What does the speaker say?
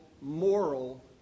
moral